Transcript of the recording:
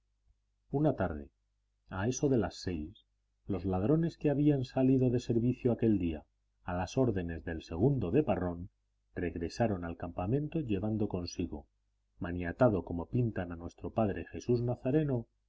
una tarde a eso de las seis los ladrones que habían salido de servicio aquel día a las órdenes del segundo de parrón regresaron al campamento llevando consigo maniatado como pintan a nuestro padre jesús nazareno